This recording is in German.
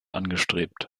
angestrebt